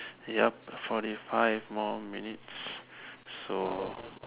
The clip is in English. yup forty five more minutes